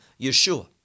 yeshua